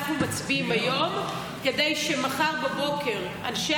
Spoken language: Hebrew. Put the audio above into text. אנחנו מצביעים היום כדי שמחר בבוקר אנשי